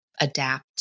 adapt